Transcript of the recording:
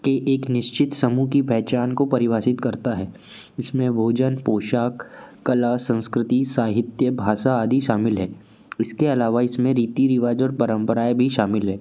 के एक निश्चित समूह की पहचान को परिभाषित करता है इसमें भोजन पोशाक कला संस्कृति साहित्य भाषा आदि शामिल है इसके अलावा इसमें रीति रिवाज और परंपराएं भी शामिल है